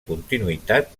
continuïtat